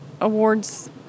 awards